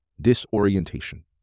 Disorientation